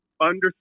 understand